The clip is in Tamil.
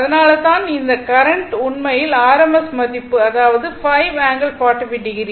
அதனால்தான் இந்த கரண்ட் உண்மையில் rms மதிப்பு அதாவது 5 ∠45o